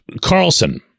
Carlson